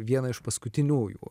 vieną iš paskutiniųjų